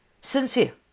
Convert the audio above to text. sincere